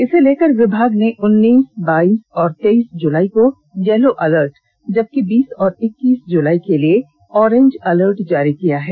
इसे लेकर विभाग ने उन्नीस बाईस और तेईस जुलाई को येलो एलर्ट जबकि बीस और इक्कीस जुलाई के लिए ऑरेंज एलर्ट जारी किया है